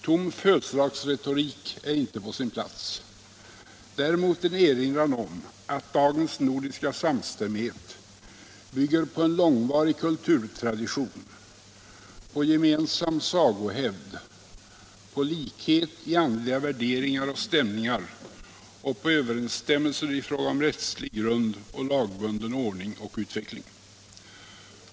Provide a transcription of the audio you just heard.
Tom födelsedagsretorik är inte på sin plats, däremot en erinran om att dagens nordiska samstämmighet bygger på en långvarig kulturtradition, på gemensam sagohävd, på likhet i andliga värderingar och stämningar och på överensstämmelser i fråga om rättslig grund och lagbunden ordning och utveckling.